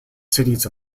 cities